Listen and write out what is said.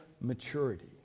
maturity